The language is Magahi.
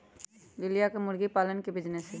लिलिया के मुर्गी पालन के बिजीनेस हई